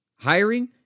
Hiring